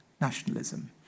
nationalism